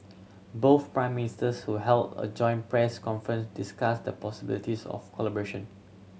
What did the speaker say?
both Prime Ministers who held a joint press conference discussed the possibilities of collaboration